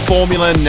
Formula